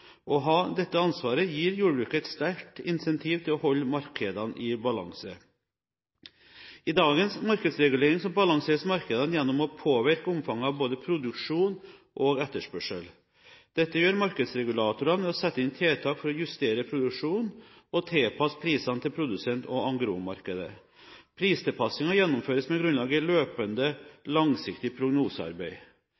Å ha dette ansvaret gir jordbruket et sterkt incentiv til å holde markedene i balanse. I dagens markedsregulering balanseres markedene gjennom å påvirke omfanget av både produksjon og etterspørsel. Dette gjør markedsregulatorene ved å sette inn tiltak for å justere produksjonen og tilpasse prisene til produsent og engrosmarkedet. Pristilpasningen gjennomføres med grunnlag i løpende